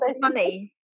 money